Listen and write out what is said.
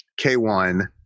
K1